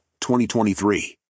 2023